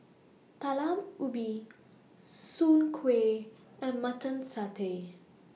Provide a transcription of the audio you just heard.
Talam Ubi Soon Kway and Mutton Satay